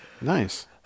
Nice